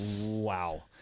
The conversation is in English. Wow